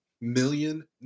million